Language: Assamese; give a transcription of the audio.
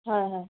হয় হয়